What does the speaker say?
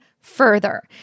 further